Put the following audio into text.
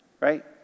right